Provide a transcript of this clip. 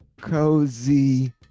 cozy